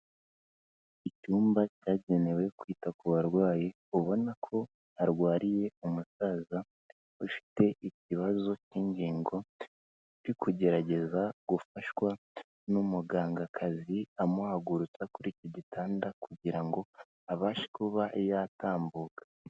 Icyumba cyagenewe kwita ku barwayi ubona ko harwariye umusaza ufite ikibazo cy'ingingo, uri kugerageza gufashwa n'umugangakazi, amuhagurutsa kuri iki gitanda kugira ngo abashe kuba yatambuka.